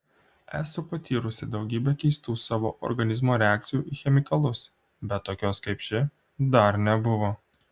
esu patyrusi daugybę keistų savo organizmo reakcijų į chemikalus bet tokios kaip ši dar nebuvo